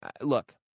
look